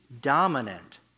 dominant